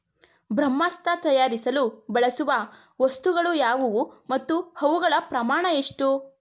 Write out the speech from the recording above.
ಬ್ರಹ್ಮಾಸ್ತ್ರ ತಯಾರಿಸಲು ಬಳಸುವ ವಸ್ತುಗಳು ಯಾವುವು ಮತ್ತು ಅವುಗಳ ಪ್ರಮಾಣ ಎಷ್ಟು?